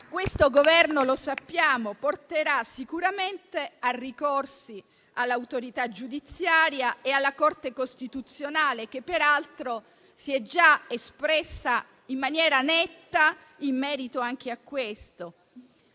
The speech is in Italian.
Questo Governo - lo sappiamo - porterà sicuramente a ricorsi all'autorità giudiziaria e alla Corte costituzionale, che peraltro si è già espressa in maniera netta anche in merito a questo.